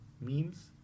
memes